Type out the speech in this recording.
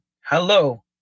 Hello